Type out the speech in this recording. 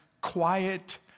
quiet